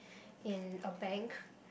in a bank